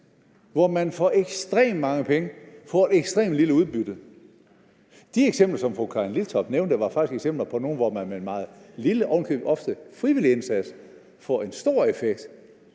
hvor man for ekstremt mange penge får et ekstremt lille udbytte? De eksempler, som fru Karin Liltorp nævnte, var faktisk nogle, hvor man med en meget lille og ovenikøbet ofte frivillig indsats får en stor effekt.